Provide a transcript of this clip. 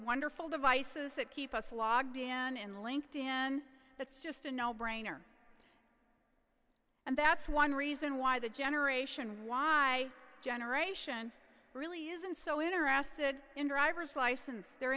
wonderful devices that keep us logged in and linked in that's just a no brainer and that's one reason why the generation y generation really isn't so interested in driver's license they're